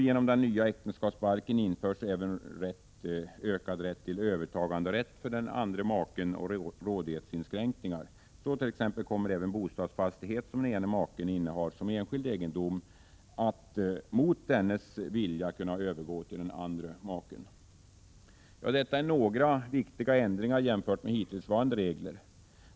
Genom den nya äktenskapsbalken införs även ökad övertaganderätt för den andra maken och rådighetsinskränkningar. Så kommer t.ex. även bostadsfastighet som den ena maken innehar som enskild egendom att mot dennes vilja kunna övergå till den andra maken. Detta är några viktiga ändringar jämfört med hittillsvarande regler.